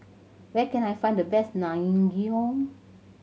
where can I find the best Naengmyeon